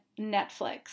Netflix